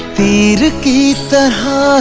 the lucky